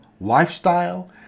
lifestyle